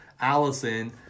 Allison